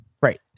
right